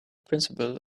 principle